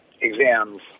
exams